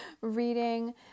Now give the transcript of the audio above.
reading